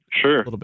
Sure